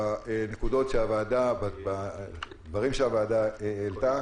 בנקודות ובדברים שהוועדה העלתה.